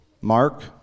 mark